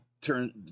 Turn